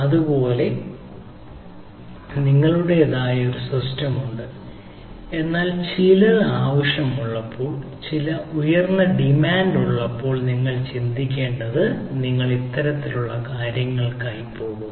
അതുപോലെ നിങ്ങൾക്ക് നിങ്ങളുടേതായ ഒരു സിസ്റ്റം ഉണ്ട് എന്നാൽ ചിലത് ആവശ്യമുള്ളപ്പോൾ ചില ഉയർന്ന ഡിമാൻഡുണ്ടെന്ന് നിങ്ങൾ ചിന്തിക്കുമ്പോൾ നിങ്ങൾ ഇത്തരത്തിലുള്ള കാര്യങ്ങൾക്കായി പോകുന്നു